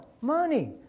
money